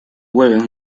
vuelven